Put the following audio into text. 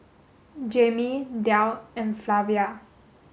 Jaimie Delle and Flavia